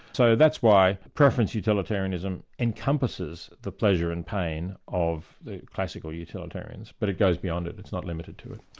so that's why preference utilitarianism encompasses the pleasure and pain of the classical utilitarians, but it goes beyond it, it's not limited to it.